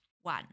one